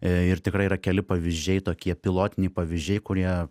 ir tikrai yra keli pavyzdžiai tokie pilotiniai pavyzdžiai kurie